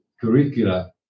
curricula